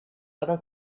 poden